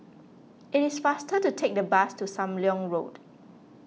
it is faster to take the bus to Sam Leong Road